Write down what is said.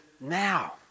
now